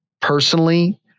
personally